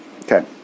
Okay